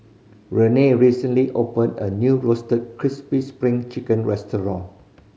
Rae recently opened a new Roasted Crispy Spring Chicken restaurant